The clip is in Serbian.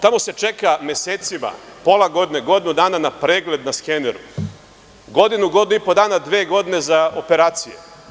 Tamo se čeka mesecima, pola godine, godinu dana na pregled na skeneru, godinu, godinu i po dana, dve godine za operacije.